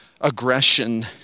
aggression